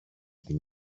την